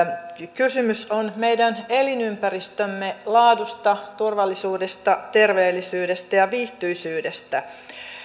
kysymys on meidän elinympäristömme laadusta turvallisuudesta terveellisyydestä ja viihtyisyydestä